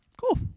Cool